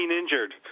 injured